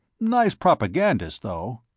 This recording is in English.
nice propagandist, though.